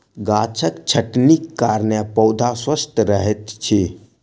गाछक छटनीक कारणेँ पौधा स्वस्थ रहैत अछि